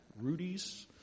Rudy's